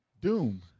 Doom